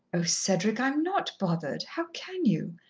oh, cedric! i'm not bothered how can you?